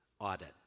audit